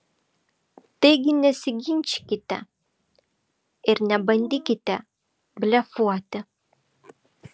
taigi nesiginčykite ir nebandykite blefuoti